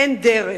אין דרך,